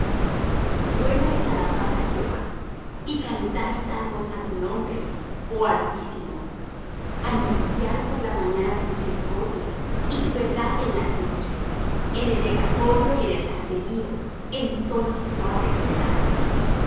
bueno es alabar á jehová y cantar salmos á tu nombre oh altísimo anunciar por la mañana tu misericordia y tu verdad en las noches en el decacordio y en el salterio en tono suave con el arpa por